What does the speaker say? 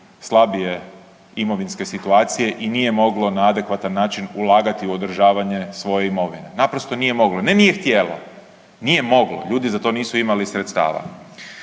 slabije imovinske situacije i nije moglo na adekvatan način ulagati u održavanje svoje imovine. Naprosto nije moglo, ne nije htjelo, nije moglo, ljudi za to nisu imali sredstava.